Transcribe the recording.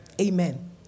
Amen